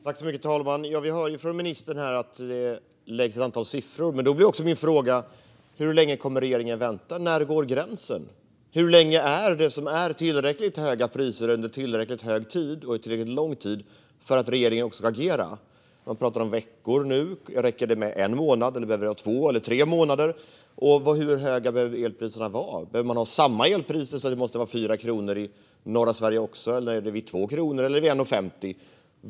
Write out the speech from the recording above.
Herr talman! Vi hör ett antal siffror från ministern. Men hur länge kommer regeringen att vänta? Var går gränsen? Vad betyder tillräckligt höga priser under tillräckligt lång tid för att regeringen ska agera? Nu talar man om veckor. Räcker det med en månad, eller behöver det vara två eller tre månader? Och hur höga behöver elpriserna vara? Behöver det vara samma elpriser, så att det måste vara 4 kronor i norra Sverige också, eller är det vid 2 kronor eller 1,50?